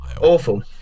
awful